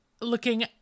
looking